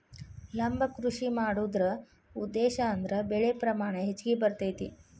ಲಂಬ ಕೃಷಿ ಮಾಡುದ್ರ ಉದ್ದೇಶಾ ಅಂದ್ರ ಬೆಳೆ ಪ್ರಮಾಣ ಹೆಚ್ಗಿ ಬರ್ತೈತಿ